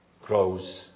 grows